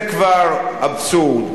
זה כבר אבסורד.